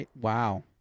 Wow